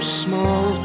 small